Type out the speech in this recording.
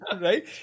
Right